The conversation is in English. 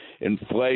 Inflation